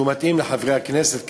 שהוא מתאים לחברי הכנסת,